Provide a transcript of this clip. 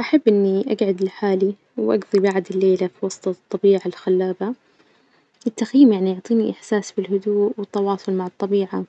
أحب إني أجعد لحالي وأجضي بعد الليلة في وسط الطبيعة الخلابة، التخييم يعني يعطيني إحساس بالهدوء والتواصل مع الطبيعة،